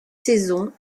saison